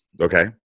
Okay